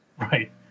Right